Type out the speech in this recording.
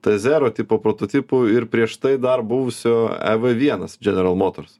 tzero tipo prototipų ir prieš tai dar buvusio ev vienas general motors